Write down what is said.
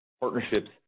partnerships